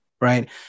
right